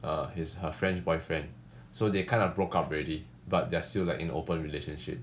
err his her french boyfriend so they kind of broke up already but they're still like in an open relationship